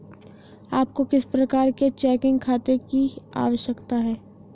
आपको किस प्रकार के चेकिंग खाते की आवश्यकता है?